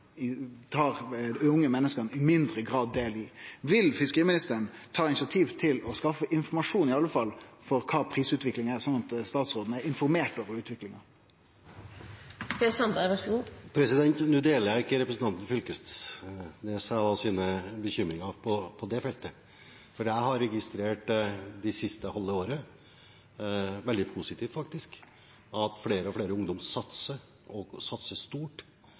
Vil fiskeriministeren iallfall ta initiativ til å skaffe informasjon om korleis prisutviklinga har vore, sånn at statsråden er informert om utviklinga? Nå deler ikke jeg representanten Knag Fylkesnes sine bekymringer på det feltet, for jeg har registrert at det siste halve året har vært veldig positivt faktisk. Flere og flere ungdommer satser, og satser stort,